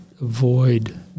avoid